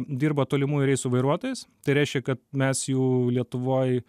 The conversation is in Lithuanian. dirba tolimųjų reisų vairuotojais tai reiškia kad mes jų lietuvoj